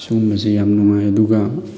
ꯁꯤꯒꯨꯝꯕꯁꯦ ꯌꯥꯝ ꯅꯨꯡꯉꯥꯏ ꯑꯗꯨꯒ